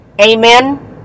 Amen